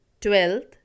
twelfth